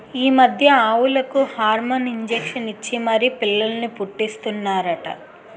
ఈ మధ్య ఆవులకు హార్మోన్ ఇంజషన్ ఇచ్చి మరీ పిల్లల్ని పుట్టీస్తన్నారట